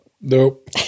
Nope